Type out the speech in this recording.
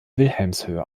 wilhelmshöhe